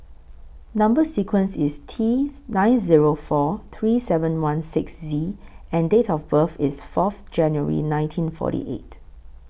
Number sequence IS T nine Zero four three seven one six Z and Date of birth IS Fourth January nineteen forty eight